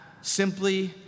Simply